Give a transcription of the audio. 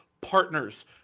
partners